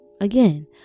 again